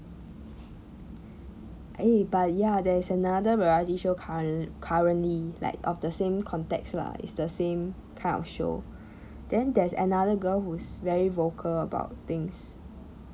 eh but ya there is another variety show current currently like of the same context lah it's the same kind of show then there's another girl who's very vocal about things